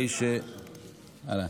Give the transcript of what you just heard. אני כאן.